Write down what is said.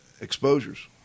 exposures